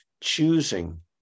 choosing